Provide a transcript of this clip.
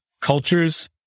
Cultures